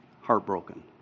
heartbroken